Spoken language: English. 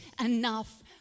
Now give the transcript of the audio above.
enough